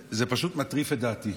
זה פשוט מטריף את דעתי.